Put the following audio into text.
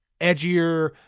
edgier